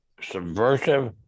subversive